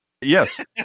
Yes